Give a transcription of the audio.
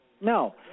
No